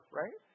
right